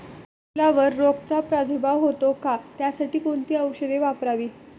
फुलावर रोगचा प्रादुर्भाव होतो का? त्यासाठी कोणती औषधे वापरावी?